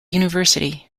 university